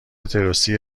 تروریستی